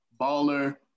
baller